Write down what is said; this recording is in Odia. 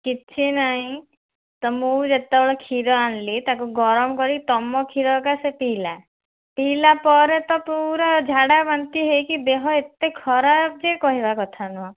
କିଛି ନାହିଁ ତ ମୁଁ ଯେତେବେଳେ କ୍ଷୀର ଆଣିଲି ତାକୁ ଗରମ କରିକି ତମ କ୍ଷୀର ଏକା ସେ ପିଇଲା ପିଇଲା ପରେ ତ ପୁରା ଝାଡ଼ାବାନ୍ତି ହେଇକି ଦେହ ଏତେ ଖରାପ ଯେ କହିବା କଥା ନୁହଁ